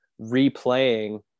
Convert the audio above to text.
replaying